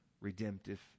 redemptive